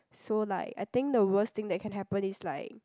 so like I think the worst thing that can happen is like